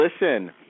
listen